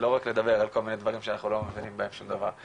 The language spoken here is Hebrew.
לא רק לדבר על כל מיני דברים שאנחנו לא מבינים בהם שום דבר.